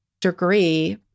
degree